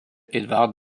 edward